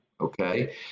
Okay